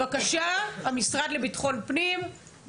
בבקשה, המשרד לביטחון פנים.